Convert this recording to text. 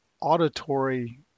auditory